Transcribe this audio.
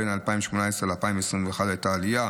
בין 2018 ל-2021 הייתה עלייה,